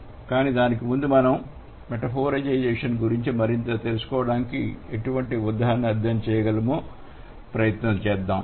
కానీ దానికి ముందు మనం మెటఫోరిజేషన్ గురించి మరింత తెలుసుకోవడానికి ఎటువంటి ఉదాహరణలను అధ్యయనం చేయగలమో అర్థం చేసుకోవడానికి ప్రయత్నిద్దాం